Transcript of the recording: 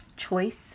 Choice